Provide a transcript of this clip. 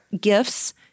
gifts